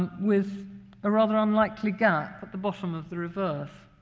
with a rather unlikely gap at the bottom of the reverse.